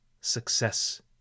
success